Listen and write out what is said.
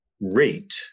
rate